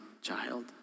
child